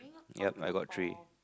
yup I got three